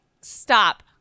stop